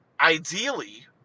ideally